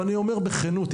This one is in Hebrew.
אני אומר בכנות,